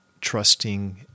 trusting